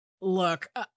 look